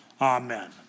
Amen